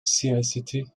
siyaseti